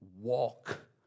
walk